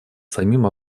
самим